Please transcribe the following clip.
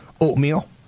Oatmeal